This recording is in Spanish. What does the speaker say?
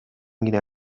guinea